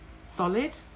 solid